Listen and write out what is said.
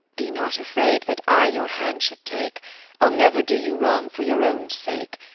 be not afraid that i your hand should take i'll never do you wrong for your own sake.